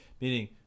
meaning